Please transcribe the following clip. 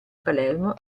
palermo